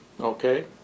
Okay